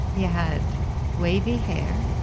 he had wavy hair.